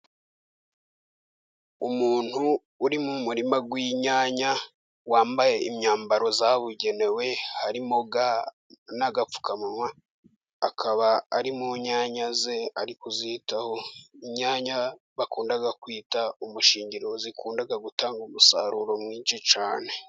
Umuntu uri mu murima w'inyanya wambaye imyambaro yabugenewe, harimo ga n'agapfukamunwa akaba ari mu nyanya ze ari kuzitaho, inyanya bakunda kwita umushingiriro zikunda gutanga umusaruro mwinshi cyane.